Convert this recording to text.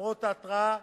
למרות ההתראה,